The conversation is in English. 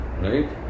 right